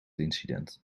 incident